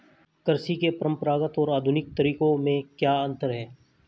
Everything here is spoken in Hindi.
कृषि के परंपरागत और आधुनिक तरीकों में क्या अंतर है?